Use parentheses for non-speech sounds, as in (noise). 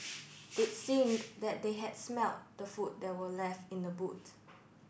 (noise) it seemed that they had smelt the food that were left in the boot